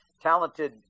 talented